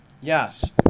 Yes